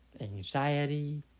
anxiety